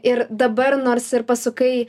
ir dabar nors ir pasukai